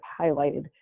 highlighted